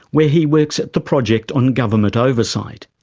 where he works at the project on government oversight.